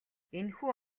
энэхүү